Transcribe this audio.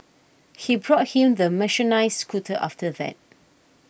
he brought him the mechanised scooter after that